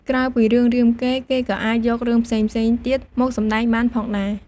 ក្រៅពីរឿងរាមកេរ្តិ៍ គេក៏អាចយករឿងផ្សេងៗទៀតមកសម្ដែងបានផងដែរ។